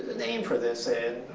name for this in